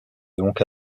donc